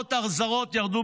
ההשקעות הזרות ירדו